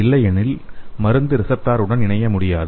இல்லையெனில் மருந்து ரிசப்டார் உடன் இணைய முடியாது